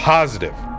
Positive